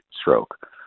stroke